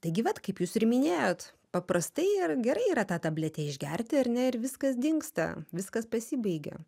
taigi vat kaip jūs ir minėjot paprastai ir gerai yra tą tabletę išgerti ar ne ir viskas dingsta viskas pasibaigia